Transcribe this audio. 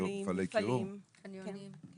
בבתי חולים, מפעלים, קניונים.